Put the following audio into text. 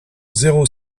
zéro